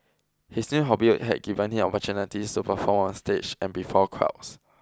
his new hobby had given him opportunities to perform on stage and before crowds